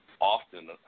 often